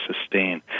sustain